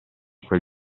quel